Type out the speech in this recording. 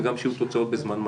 וגם שיהיו תוצאות בזמן מהיר.